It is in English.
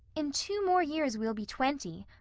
in two more years we'll be twenty.